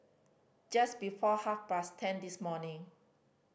just before half past ten this morning